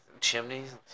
Chimneys